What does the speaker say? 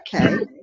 okay